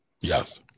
Yes